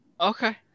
Okay